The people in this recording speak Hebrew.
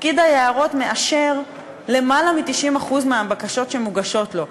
פקיד היערות מאשר למעלה מ-90% מהבקשות שמוגשות לו.